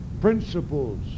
principles